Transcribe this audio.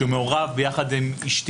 שמעורב יחד עם אשתי,